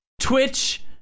Twitch